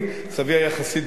סבי היה חסיד גור.